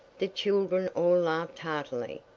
the children all laughed heartily,